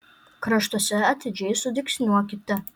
kraštuose atidžiai sudygsniuokite